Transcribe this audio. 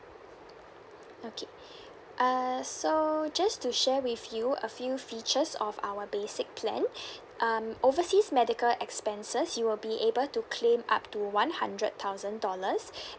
okay uh so just to share with you a few features of our basic plan um overseas medical expenses you will be able to claim up to one hundred thousand dollars